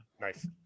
Nice